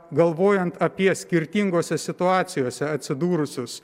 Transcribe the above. galvojant apie skirtingose situacijose atsidūrusius